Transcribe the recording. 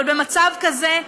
אבל במצב כזה,